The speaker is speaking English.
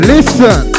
Listen